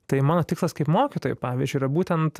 tai mano tikslas kaip mokytojui pavyzdžiui yra būtent